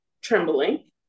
trembling